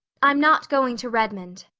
i'm not going to redmond.